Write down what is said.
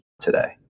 today